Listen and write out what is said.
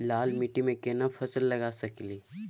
लाल माटी में केना फसल लगा सकलिए?